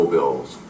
Bills